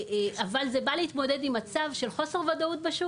אבל זה בא להתמודד עם מצב של חוסר ודאות בשוק.